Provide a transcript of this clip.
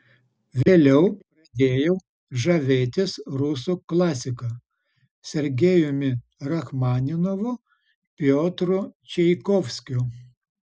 vėliau pradėjau žavėtis rusų klasika sergejumi rachmaninovu piotru čaikovskiu